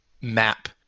map